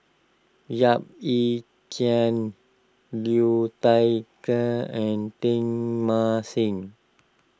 Yap Ee Chian Liu Thai Ker and Teng Mah Seng